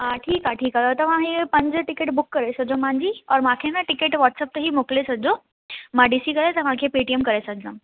ठीकु आहे ठीकु आहे तव्हां इहे पंज टिकट बुक करे छडिॼो मुंहिंजी और मूंखे न टिकट व्हाट्सप ते ई मोकिले छॾिजो मां ॾिसी करे तव्हांखे पेटीएम करे छॾींदमि